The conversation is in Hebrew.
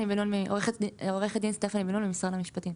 עורכת דין סטפאני בן נון, ממשרד המשפטים.